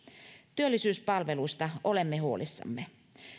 työllisyyspalveluista olemme huolissamme